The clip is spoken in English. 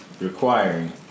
requiring